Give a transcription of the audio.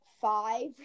five